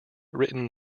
written